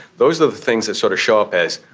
those other things that sort of show up as,